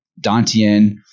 Dantian